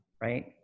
right